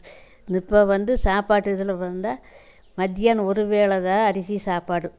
இப்போ வந்து சாப்பாட்டு இதில் வந்தால் மதியானம் ஒரு வேலை தான் அரிசி சாப்பாடு